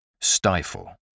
Stifle